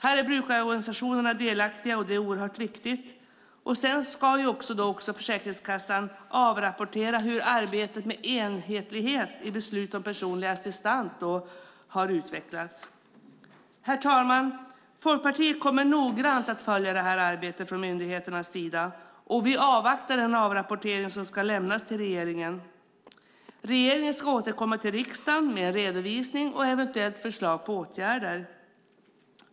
Här är brukarorganisationerna delaktiga, och det är oerhört viktigt. Sedan ska också Försäkringskassan avrapportera hur arbetet med enhetlighet i beslut om personlig assistans har utvecklats. Folkpartiet kommer noggrant att följa detta arbete från myndigheternas sida, och vi avvaktar den avrapportering som ska lämnas till regeringen. Regeringen ska återkomma till riksdagen med en redovisning och eventuella förslag på åtgärder.